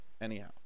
anyhow